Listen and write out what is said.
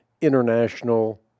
International